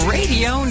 Radio